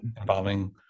involving